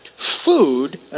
Food